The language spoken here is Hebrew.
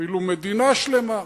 אפילו מדינה שלמה.